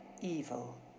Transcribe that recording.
evil